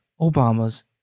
Obama's